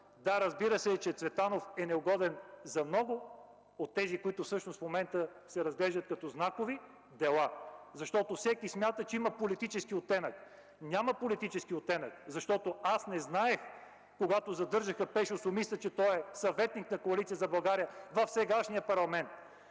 Да, разбира се, че Цветанов е неудобен за много от тези, които всъщност в момента се разглеждат като знакови дела, защото всеки смята, че има политически оттенък. Няма политически оттенък, защото аз не знаех, когато задържаха Пешо Сумиста, че той е съветник на Коалиция за България в сегашния парламент,